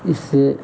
इसे